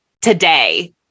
today